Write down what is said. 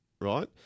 Right